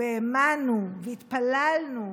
והאמנו, והתפללנו,